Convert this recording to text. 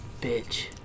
bitch